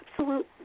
absolute